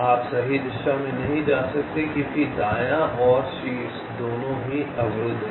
आप सही दिशा में नहीं जा सकते क्योंकि दायां और शीर्ष दोनों अवरुद्ध हैं